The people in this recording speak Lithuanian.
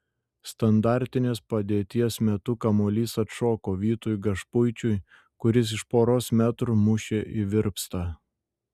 standartinės padėties metu kamuolys atšoko vytui gašpuičiui kuris iš poros metrų mušė į virpstą